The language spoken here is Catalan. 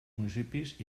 municipis